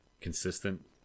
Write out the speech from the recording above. consistent